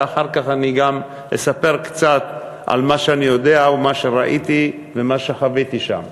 ואחר כך אני גם אספר קצת על מה שאני יודע ומה שראיתי ומה שחוויתי שם.